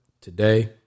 Today